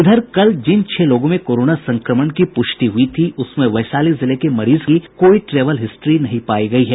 इधर कल जिन छह लोगों में कोरोना संक्रमण की पुष्टि हुई थी उसमें वैशाली जिले के मरीज की कोई ट्रेवल हिस्ट्री नहीं पायी गयी है